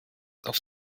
auf